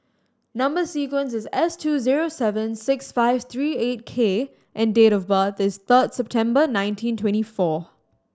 number sequence is S two zero seven six five three eight K and date of birth is third September nineteen twenty four